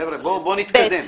חבר'ה, בואו נתקדם.